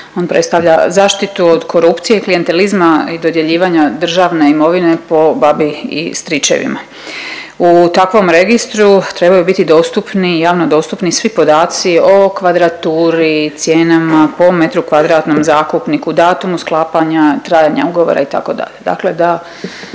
On predstavlja zaštitu od korupcije i klijentelizma i dodjeljivanja državne imovine po babi i stričevima. U takvom registru trebaju biti dostupni i javno dostupni svi podaci o kvadraturi, cijenama po metru kvadratnom, zakupniku, datumu sklapanja, trajanja ugovora itd.